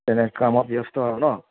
তেনে কামত ব্যস্ত আৰু নহ্